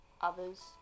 others